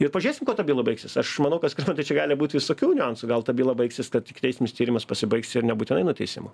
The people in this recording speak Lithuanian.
ir pažiūrėsim kuo ta byla baigsis aš manau kad skirmantai čia gali būt visokių niuansų gal ta byla baigsis kad ikiteismis tyrimas pasibaigs ir nebūtinai nuteisimu